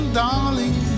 darling